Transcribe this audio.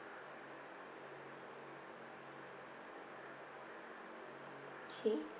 okay